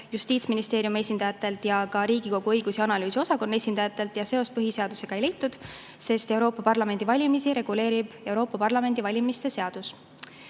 Justiitsministeeriumi esindajatelt ja ka Riigikogu õigus- ja analüüsiosakonna esindajatelt. Seost põhiseadusega ei leitud, sest Euroopa Parlamendi valimisi reguleerib Euroopa Parlamendi valimise seadus.